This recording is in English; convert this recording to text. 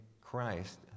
Christ